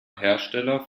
hersteller